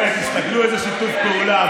תסתכלו איזה שיתוף פעולה.